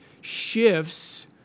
shifts